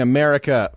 America